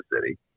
city